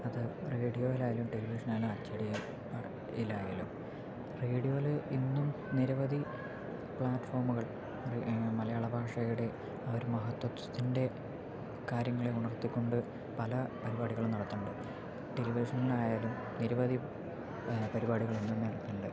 അത് റേഡിയോയിലായാലും ടെലിവിഷനിലായാലും അച്ചടിയിലായാലും റേഡിയോയോയില് ഇന്നും നിരവധി പ്ലാറ്റുഫോമുകൾ മലയാള ഭാഷയുടെ ആ ഒരു മഹത്വത്തിൻ്റെ കാര്യങ്ങളെ ഉണർത്തി കൊണ്ട് പല പരിപാടികളും നടത്തണുണ്ട് ടെലിവിഷനിലായാലും നിരവധി പരിപാടികൾ നടക്കുന്നുണ്ട്